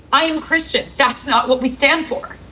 i am christian. that's not what we stand for